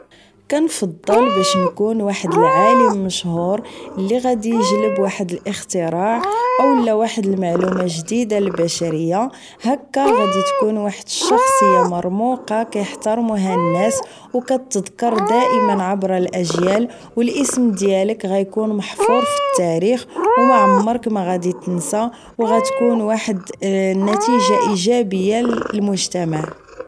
كنفظل باش نكون واحد العالم مشهور اللي غادي يجلب واحد الاختراع او واحد المعلومه جديده للبشريه هكا غادي تكون واحد الشخصيه مرموقه يحترمها الناس وتذكر دائما عبر الاجيال والاسم ديالك غيكون محفور في التاريخ ومعمرك مغادي تنسى وغتكون واحد النتيجه ايجابيه. المجتمع